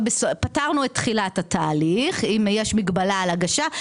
פתרנו את תחילת התאריך ויש מגבלה על ההגשה,